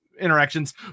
interactions